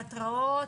תיאטראות.